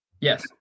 Yes